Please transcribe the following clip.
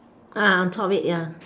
uh on top of it ya